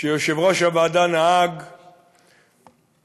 שיושב-ראש הוועדה נהג במתינות,